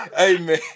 Amen